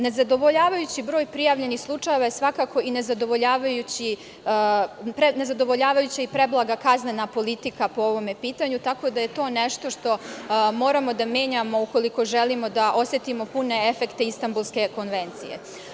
Nezadovoljavajući je broj prijavljenih slučajeva, a svakako je i nezadovoljavajuća preblaga kaznena politika po ovome pitanju, tako da je to nešto što moramo da menjamo ukoliko želimo da osetimo pune efekte Istanbulske konvencije.